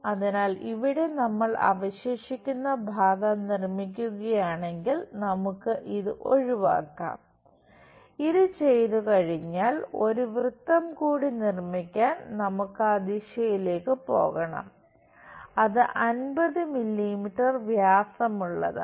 അതിനാൽ ഇവിടെ നമ്മൾ അവശേഷിക്കുന്ന ഭാഗം നിർമ്മിക്കുകയാണെങ്കിൽ നമുക്ക് ഇത് ഒഴിവാക്കാം അത് ചെയ്തുകഴിഞ്ഞാൽ ഒരു വൃത്തം കൂടി നിർമ്മിക്കാൻ നമുക്ക് ആ ദിശയിലേക്ക് പോകണം അത് 50 മില്ലീമീറ്റർ വ്യാസമുള്ളതാണ്